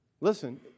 listen